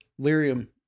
Lyrium